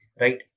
Right